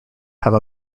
have